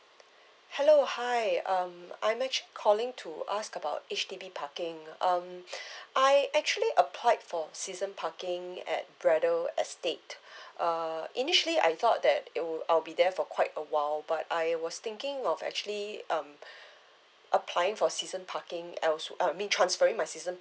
hello hi um I'm actually calling to ask about H_D_B parking um I actually applied for a season parking at braddell estate err initially I thought that it'll I'll be there for quite a while but I was thinking of actually um applying for season parking I was uh I mean um transferring my season